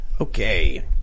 Okay